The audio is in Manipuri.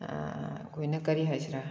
ꯑꯩꯈꯣꯏꯅ ꯀꯔꯤ ꯍꯥꯏꯁꯤꯔꯥ